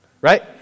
Right